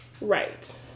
Right